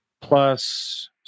plus